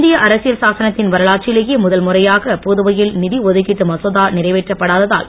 இந்திய அரசியல் சாசனத்தின் வரலாற்றிலேயே முதல்முறையாக புதுவையில் நிதி ஒதுக்கிட்டு மசோதா நிறைவேற்றப் படாததால்